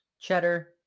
cheddar